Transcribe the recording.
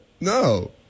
no